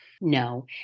No